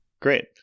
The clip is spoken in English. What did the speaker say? Great